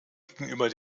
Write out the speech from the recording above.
gegenüber